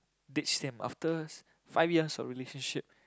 ditched him after five years of relationship